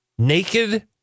naked